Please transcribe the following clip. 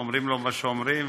אומרים לו מה שאומרים,